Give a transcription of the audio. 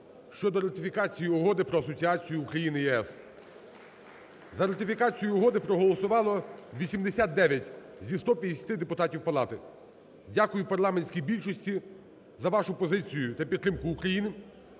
щодо ратифікації Угоди про асоціацію України - ЄС. За ратифікацію угоди проголосувало 89 зі 150 депутатів палати. Дякую парламентській більшості за вашу позицію та підтримку України.